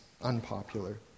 unpopular